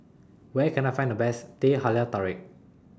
Where Can I Find The Best Teh Halia Tarik